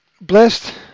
blessed